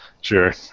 sure